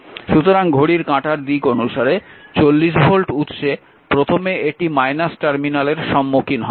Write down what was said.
সুতরাং ঘড়ির কাঁটার দিক অনুসারে 40 ভোল্ট উৎসে প্রথমে এটি টার্মিনালের সম্মুখীন হয়